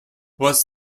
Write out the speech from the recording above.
was